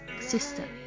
sister